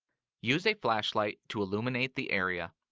use a flashlight to illuminate the area.